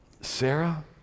sarah